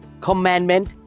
commandment